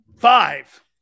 Five